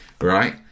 right